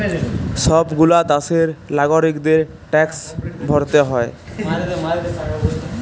সব গুলা দ্যাশের লাগরিকদের ট্যাক্স ভরতে হ্যয়